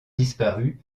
disparues